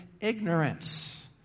ignorance